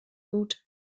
gut